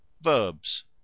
Verbs